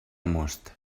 most